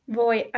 voi